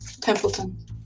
templeton